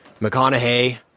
McConaughey